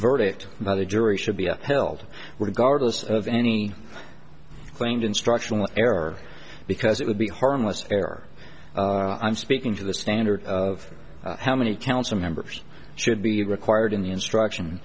verdict by the jury should be held regard lists of any claimed instructional error because it would be harmless fare i'm speaking to the standard of how many council members should be required in the instruction